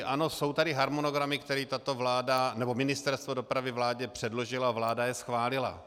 Ano, jsou tady harmonogramy, které tato vláda nebo Ministerstvo dopravy vládě předložilo a vláda je schválila.